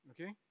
Okay